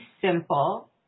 simple